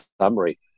summary